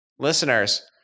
Listeners